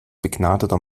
begnadeter